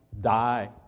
die